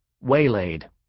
Waylaid